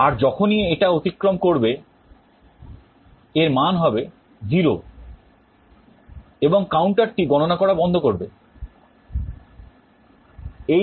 আর যখনই এটা অতিক্রম করবে এর মান হবে 0 এবং counterটি গণনা করা বন্ধ করবে